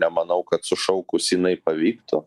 nemanau kad sušaukus jinai pavyktų